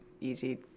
easy